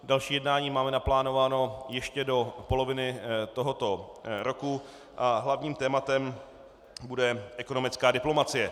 Další jednání máme naplánováno ještě do poloviny tohoto roku a hlavním tématem bude ekonomická diplomacie.